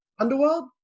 Underworld